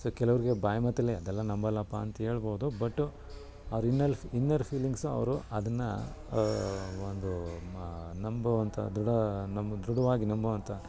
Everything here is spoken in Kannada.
ಕೆಲವ್ರಿಗೆ ಬಾಯಿ ಮಾತಲ್ಲೇ ಅದೆಲ್ಲ ನಂಬೋಲ್ಲಪ್ಪ ಅಂಥೇಳ್ಬೋದು ಬಟು ಅವ್ರು ಇನ್ನರ್ ಫೀಲಿಂಗ್ಸು ಅವರು ಅದನ್ನು ಒಂದು ಮಾ ನಂಬೋ ಅಂಥ ದೃಢ ನಂಬಿ ದೃಢವಾಗಿ ನಂಬೋ ಅಂಥ